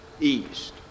east